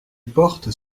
portes